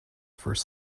first